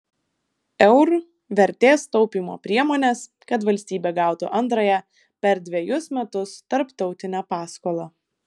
eur vertės taupymo priemones kad valstybė gautų antrąją per dvejus metus tarptautinę paskolą